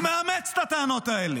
הוא מאמץ את הטענות האלה.